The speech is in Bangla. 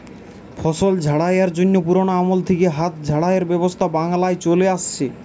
ফসল ঝাড়াইয়ের জন্যে পুরোনো আমল থিকে হাত ঝাড়াইয়ের ব্যবস্থা বাংলায় চলে আসছে